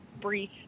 brief